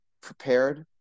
prepared